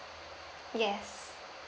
yes